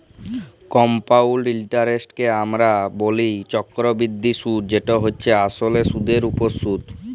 compound ইলটারেস্টকে আমরা ব্যলি চক্করবৃদ্ধি সুদ যেট হছে আসলে সুদের উপর সুদ